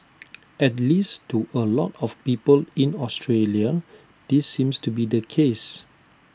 at least to A lot of people in Australia this seems to be the case